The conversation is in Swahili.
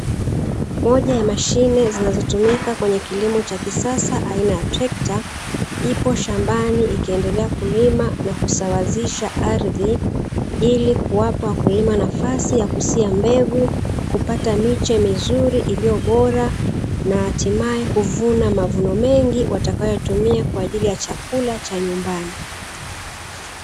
Moja ya mashine zinazotumika kwenye kilimo cha kisasa aina ya trekta. Ipo shambani ikiendelea kulima na kusawazisha ardhi, ili kuwapa wakulima nafasi ya kusia mbegu, kupata miche mizuri iliyo bora na hatimaye kuvuna mavuno mengi watakayotumia kwa ajili ya chakula cha nyumbani.